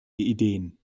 ideen